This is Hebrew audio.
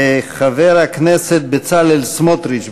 חבר הכנסת בצלאל סמוטריץ,